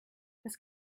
das